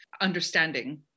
understanding